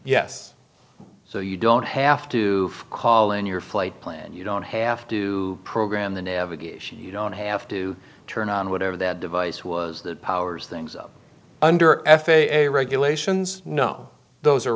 yes so you don't have to call in your flight plan you don't have to program the navigation you don't have to turn on whatever that device was that powers things up under f a a regulations no those are